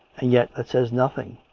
and yet that says nothing.